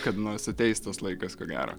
kada nors ateis tas laikas ko gero